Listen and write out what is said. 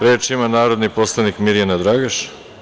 Reč ima narodni poslanik Mirjana Dragaš.